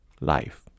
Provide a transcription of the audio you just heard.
life